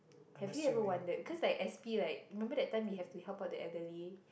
have you ever wondered because like S_P like remember that time you have to help out the elderly